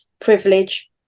privilege